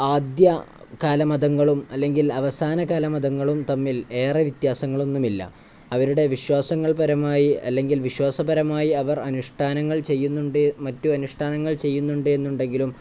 ആദ്യ കാല മതങ്ങളും അല്ലെങ്കിൽ അവസാന കാല മതങ്ങളും തമ്മിൽ ഏറെ വ്യത്യാസങ്ങളൊന്നുമില്ല അവരുടെ വിശ്വാസങ്ങൾ പരമായി അല്ലെങ്കിൽ വിശ്വാസപരമായി അവർ അനുഷ്ഠാനങ്ങൾ ചെയ്യുന്നുണ്ട് മറ്റു അനുഷ്ഠാനങ്ങൾ ചെയ്യുന്നുണ്ട് എന്നുണ്ടെങ്കിലും